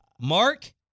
Mark